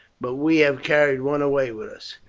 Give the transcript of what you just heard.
but we have carried one away with us.